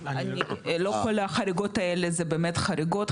לא כל החריגות האלה זה באמת חריגות,